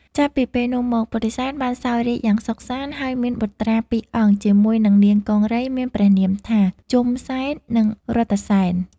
ចាប់ពីពេលនោះមកពុទ្ធិសែនបានសោយរាជ្យយ៉ាងសុខសាន្ត ហើយមានបុត្រាពីរអង្គជាមួយនឹងនាងកង្រីមានព្រះនាមថា ជុំសែន និង រថសែន។